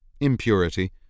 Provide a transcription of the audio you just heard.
impurity